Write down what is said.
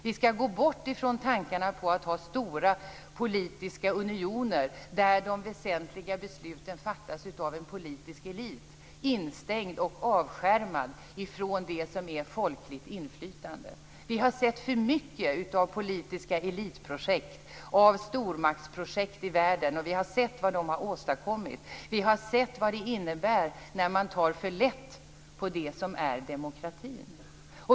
Vi skall gå bort ifrån tankarna på att ha stora politiska unioner, där de väsentliga besluten fattas av en politisk elit, instängd och avskärmad från det som är folkligt inflytande. Vi har sett för mycket av politiska elitprojekt, av stormaktsprojekt i världen. Vi har sett vad de har åstadkommit. Vi har sett vad det innebär när man tar för lätt på det som är demokrati.